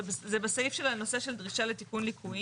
זה בסעיף של הנושא של דרישת תיקון ליקויים.